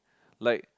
like